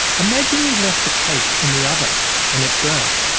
imagine you left a cake in the oven and it burnt,